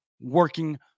working